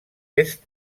est